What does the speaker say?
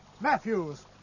Matthews